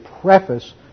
preface